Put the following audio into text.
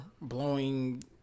blowing